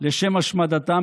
לשם השמדתם